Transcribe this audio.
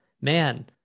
man